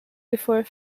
before